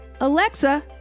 Alexa